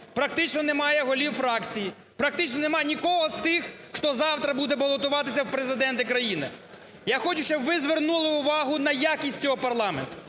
практично немає голів фракцій; практично нема нікого з тих, хто завтра буде балотуватися в президенти країни. Я хочу, щоб ви звернули увагу на якість цього парламенту,